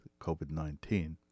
COVID-19